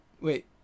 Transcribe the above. wait